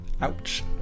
ouch